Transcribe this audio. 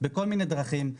בכל מיני דרכים,